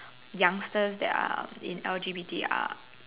youngsters that are in L_G_B_T are